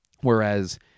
Whereas